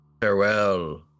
Farewell